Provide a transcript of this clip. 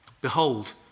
Behold